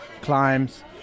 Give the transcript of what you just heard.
climbs